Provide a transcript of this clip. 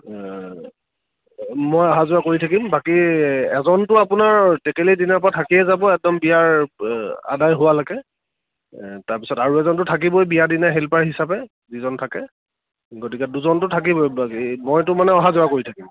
মই অহা যোৱা কৰি থাকিম বাকী এজনতো আপোনাৰ টেকেলি দিনাৰ পৰা থাকিয়ে যাব একদম বিয়াৰ আদায় হোৱালৈকে তাৰপিছত আৰু এজনতো থাকিবই বিয়া দিনা হেল্পাৰ হিচাপে যিজন থাকে গতিকে দুজনটো থাকিবই বাকী মইতো মানে অহা যোৱা কৰি থাকিম